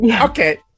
okay